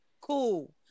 Cool